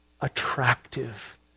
attractive